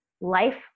Life